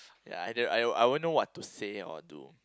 ya I think I won't I won't know what to say or do